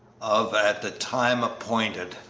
of at the time appointed,